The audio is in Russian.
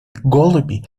голуби